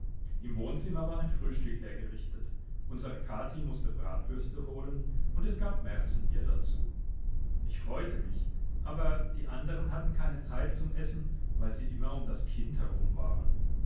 im wohnzimmer war ein frühstück hergerichtet unsere kathi mußte bratwürste holen und es gab märzenbier dazu ich freute mich aber die anderen hatten keine zeit zum essen weil sie immer um das kind herum waren